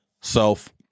self